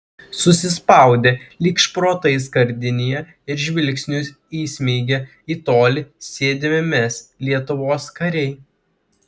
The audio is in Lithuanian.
susispaudę lyg šprotai skardinėje ir žvilgsnius įsmeigę į tolį sėdime mes lietuvos kariai